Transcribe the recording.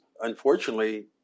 unfortunately